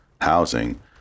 housing